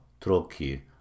Troki